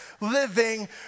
living